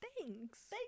thanks